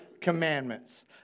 commandments